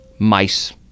Mice